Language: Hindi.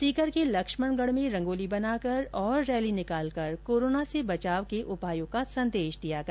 सीकर के लक्ष्मणगढ में रंगोली बनाकर और रैली निकालकर कोरोना से बचाव के उपायों का संदेश दिया गया